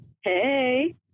Hey